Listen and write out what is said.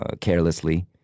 carelessly